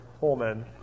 Holman